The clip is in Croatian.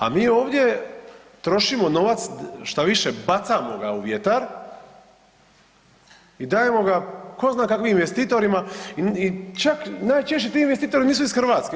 A mi ovdje trošimo novac, štoviše bacamo ga u vjetar i dajemo ga tko zna kakvim investitorima i čak najčešće ti investitori nisu ih Hrvatske.